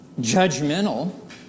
judgmental